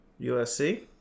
USC